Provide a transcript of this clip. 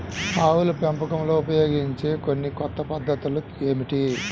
ఆవుల పెంపకంలో ఉపయోగించే కొన్ని కొత్త పద్ధతులు ఏమిటీ?